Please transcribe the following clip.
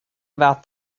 about